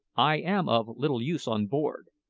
i am of little use on board,